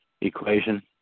equation